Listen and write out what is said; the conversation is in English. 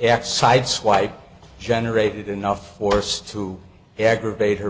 x sideswipe generated enough force to aggravate her